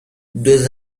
دُز